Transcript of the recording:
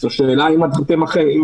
(היו"ר יעקב אשר,